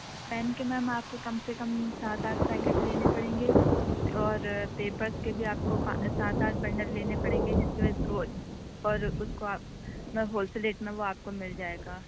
pain کے میم آپ کو کم سے کم سات آٹھ پیکٹ لینے پڑیں گے اور پیپرس کے بھی آپ کو پا سات آٹھ بنڈل لینے پریں گے اور اس کو ہول سیل ریٹ میں وہ آپ کو مل جائے گا